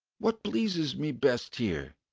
what pleases me best here,